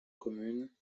commune